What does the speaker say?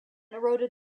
eroded